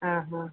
ହଁ ହଁ